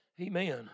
Amen